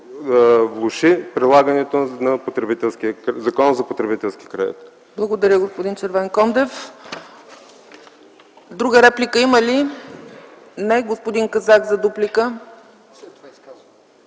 влоши прилагането на Закона за потребителския